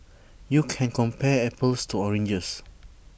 you can compare apples to oranges